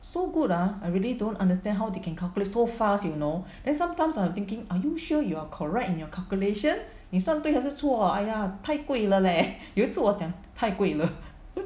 so good ah I really don't understand how they can calculate so fast you know then sometimes I'm thinking are you sure you are correct in your calculation 你算对还是错 !aiya! 太贵了 leh 有一次我讲太贵了